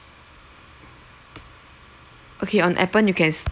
okay on appen you can stop